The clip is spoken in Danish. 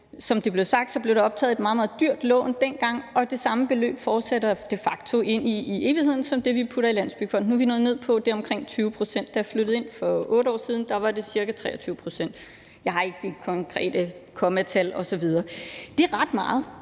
som det er blevet sagt, blev der optaget meget, meget dyre lån dengang, og det samme beløb fortsætter de facto ind i evigheden som det, vi putter i Landsbyggefonden. Nu er vi nået ned på, at det er omkring 20 pct.; da jeg flyttede ind for 8 år siden, var det ca. 23 pct. – jeg har ikke de konkrete tal med decimaler osv. Det er ret meget